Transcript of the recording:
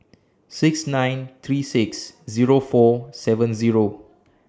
six nine three six Zero four seven Zero